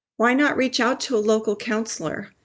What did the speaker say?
why not reach out to a local counselor.